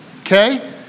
Okay